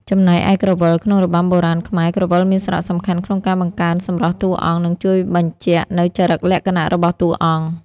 ចំណែកឯក្រវិល ក្នុងរបាំបុរាណខ្មែរ ក្រវិលមានសារៈសំខាន់ក្នុងការបង្កើនសម្រស់តួអង្គ និងជួយបញ្ជាក់នូវចរិតលក្ខណៈរបស់តួអង្គ។